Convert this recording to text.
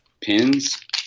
pins